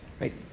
right